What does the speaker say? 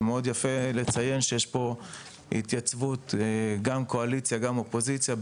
שמאוד יפה שיש פה התייצבות גם של קואליציה וגם אופוזיציה,